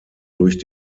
durch